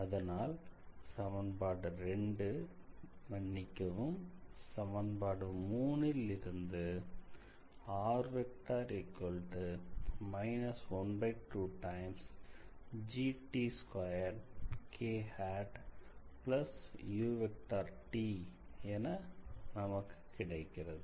அதனால் சமன்பாடு 2 மன்னிக்கவும் சமன்பாடு 3 ல் இருந்து r−12gt2kut என கிடைக்கிறது